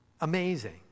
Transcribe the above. amazing